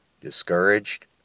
Discouraged